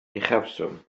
uchafswm